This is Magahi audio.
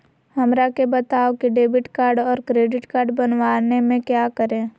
हमरा के बताओ की डेबिट कार्ड और क्रेडिट कार्ड बनवाने में क्या करें?